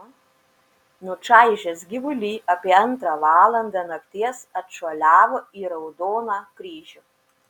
nučaižęs gyvulį apie antrą valandą nakties atšuoliavo į raudoną kryžių